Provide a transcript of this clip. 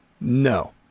No